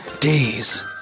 Days